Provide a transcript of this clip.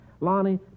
Lonnie